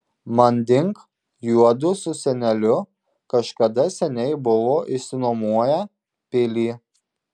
manding juodu su seneliu kažkada seniai buvo išsinuomoję pilį